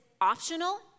optional